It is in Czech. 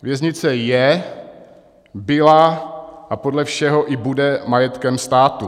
Věznice je, byla a podle všeho i bude majetkem státu.